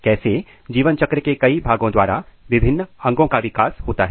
कैसे जीवन चक्र के कई भागों द्वारा विभिन्न अंगों का विकास होता है